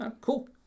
cool